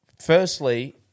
firstly